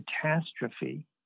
catastrophe